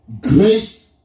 Grace